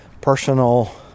personal